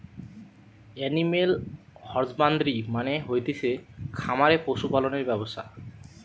animal husbandry মানে হতিছে খামারে পশু পালনের ব্যবসা